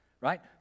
right